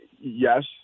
yes